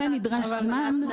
לכן נדרש זמן.